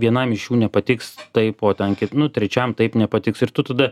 vienam iš jų nepatiks taip o ten kit nu trečiam taip nepatiks ir tu tada